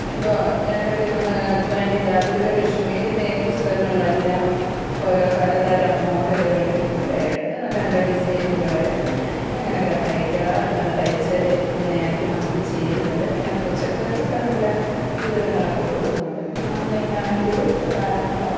ഇപ്പം ഞാനൊക്കെ എന്നു പറഞ്ഞാൽ വനിത ഗൃഹലക്ഷ്മി എന്നീ പുസ്തകങ്ങളിലെല്ലാം ഓരോ പലതരം മോഡലുകൾ അല്ലേ നല്ല നല്ല ഡിസൈനുകൾ എങ്ങനെയൊക്കെ തയ്ക്കാം അങ്ങനെ തയ്ച്ചാൽ ഇങ്ങനെയായിരിക്കും നമുക്ക് ചേരുന്നത് അതിനെക്കുറിച്ചൊക്കെ നല്ല നല്ല വിവരങ്ങളൊക്കെ കൊടുക്കുന്നുണ്ട് പിന്നെ ഓൺലൈനാണെങ്കിലും ഇപ്പം ധാരാളം